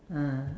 ah